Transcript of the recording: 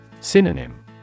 Synonym